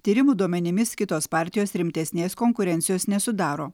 tyrimų duomenimis kitos partijos rimtesnės konkurencijos nesudaro